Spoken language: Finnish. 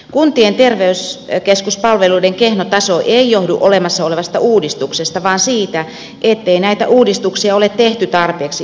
kuntien terveyskeskuspalveluiden kehno taso ei johdu olemassa olevasta uudistuksesta vaan siitä ettei näitä uudistuksia ole tehty tarpeeksi ajoissa